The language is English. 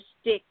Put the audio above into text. stick